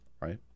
right